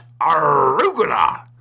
arugula